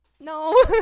no